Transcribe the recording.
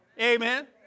Amen